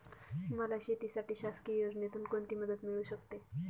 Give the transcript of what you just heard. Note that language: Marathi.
मला शेतीसाठी शासकीय योजनेतून कोणतीमदत मिळू शकते?